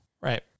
right